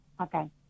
Okay